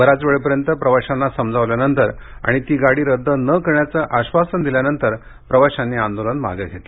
बऱ्याच वेळपर्यंत प्रवाश्यांना समजवल्यानंतर आणि ती गाडी रद्द न करण्याचं आश्वासन दिल्यानंतर प्रवाश्यांनी आंदोलन मागे घेतलं